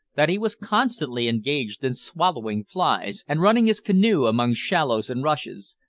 that he was constantly engaged in swallowing flies and running his canoe among shallows and rushes,